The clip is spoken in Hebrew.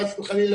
חס וחלילה,